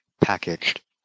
packaged